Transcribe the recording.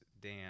dan